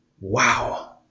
wow